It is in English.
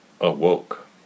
awoke